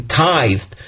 tithed